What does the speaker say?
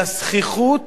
לזחיחות